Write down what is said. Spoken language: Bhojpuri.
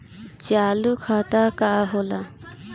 चालू खाता का होला?